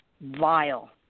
vile